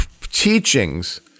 teachings